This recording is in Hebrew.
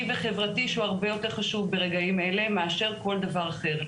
וחברתי שהוא הרבה יותר חשוב ברגעים אלה מאשר כל דבר אחר.